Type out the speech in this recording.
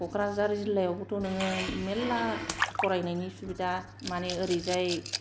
क'क्राझार जिल्लायावबोथ' नों मेरला फरायनायनि सुबिदा मानि ओरैजाय